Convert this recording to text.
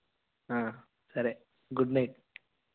సరే good night